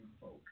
folk